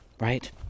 right